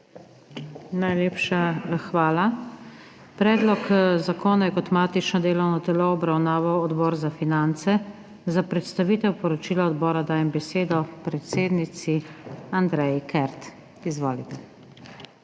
Najlepša hvala. Predlog zakona je kot matično delovno telo obravnaval Odbor za finance. Za predstavitev poročila odbora dajem besedo predsednici Andreji Kert. Izvolite.